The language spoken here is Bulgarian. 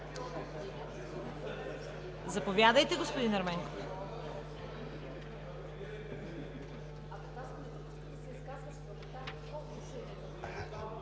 Заповядайте, господин Ерменков.